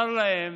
הוא אמר להם: